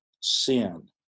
sin